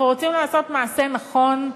אנחנו רוצים לעשות מעשה נכון,